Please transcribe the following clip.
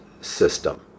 system